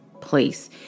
place